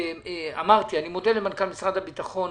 אמרתי, אני מודה למנכ"ל משרד הביטחון.